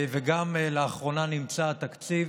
וגם לאחרונה נמצא התקציב